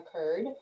occurred